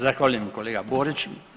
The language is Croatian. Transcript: Zahvaljujem kolega Borić.